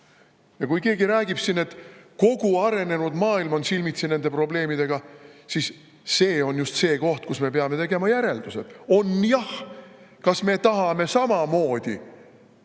Ja kui keegi räägib siin, et kogu arenenud maailm on silmitsi nende probleemidega, siis see on just see koht, kus me peame tegema järeldused. On jah! Aga kas me tahame nende